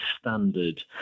standard